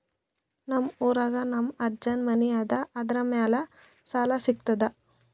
ನಮ್ ಊರಾಗ ನಮ್ ಅಜ್ಜನ್ ಮನಿ ಅದ, ಅದರ ಮ್ಯಾಲ ಸಾಲಾ ಸಿಗ್ತದ?